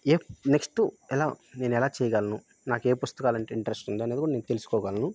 ఎం next ఎలా నేను ఎలా చేయగలను నాకు ఏ పుస్తకాాలు అంటే ఇంట్రస్ట్ ఉంది అనేది కూడా నేను తెలుసుకోగలను